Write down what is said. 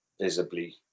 visibly